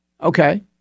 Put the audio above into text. okay